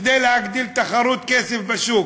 כדי להגדיל תחרות כסף בשוק.